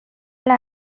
and